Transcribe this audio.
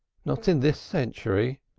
not in this century,